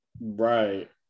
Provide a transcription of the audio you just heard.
Right